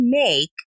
make